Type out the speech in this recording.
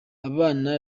abana